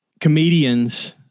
comedians